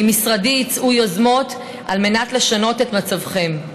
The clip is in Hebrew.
ממשרדי יצאו יוזמות על מנת לשנות את מצבכם.